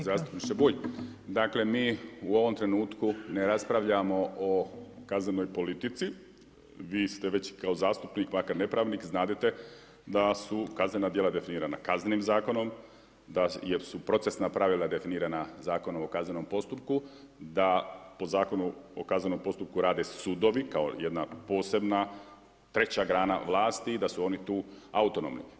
Uvaženi zastupniče Bulj, dakle mi u ovom trenutku ne raspravljamo o kaznenoj politici, vi ste već kao zastupnik makar ne pravnik znadete da su kaznena djela definirana Kaznenim zakonom, da su procesna pravila definira Zakonom o kaznenom postupku da po zakonu o kaznenom postupku rade sudovi kao jedna posebna, treća grana vlasti i da su oni tu autonomni.